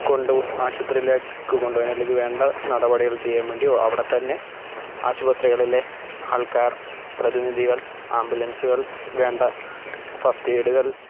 കൊണ്ടു ആശുപത്രിയിലേക്കു കൊണ്ടു പോകാന് അല്ലെങ്കില് വേണ്ട നടപടികള് ചെയ്യാന് വേണ്ടി അവിടെ തന്നെ ആശുപത്രികളിലെ ആള്ക്കാര് പ്രതിനിധികള് ആംബുലന്സുകള് വേണ്ട ഫസ്റ്റ് എയ്ഡുകൾ